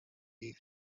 you